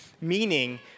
Meaning